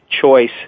choice